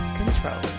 control